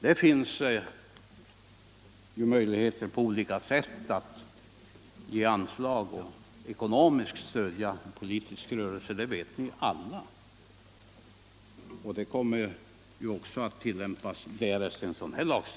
Det finns ju olika möjligheter att ge anslag och ekonomiskt stödja en politisk rörelse — det vet ni alla. Dessa möjligheter skulle naturligtvis komma att utnyttjas därest ett sådant förbud infördes.